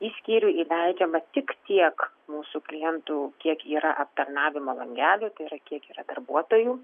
į skyrių įleidžiama tik tiek mūsų klientų kiek yra aptarnavimo langelių tai yra kiek yra darbuotojų